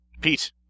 Pete